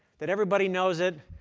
that everybody knows it.